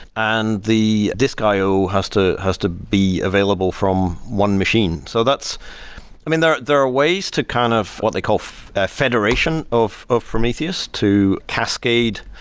and the disk i o has to has to be available from one machine. so i mean, there are there are ways to kind of what they call federation of of prometheus to cascade,